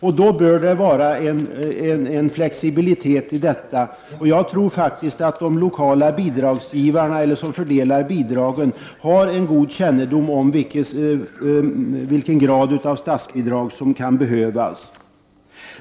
Därför bör det finnas en flexibilitet i detta, och jag tror att de som fördelar bidragen lokalt har en god kännedom om vilken grad av statsbidrag som kan behövas.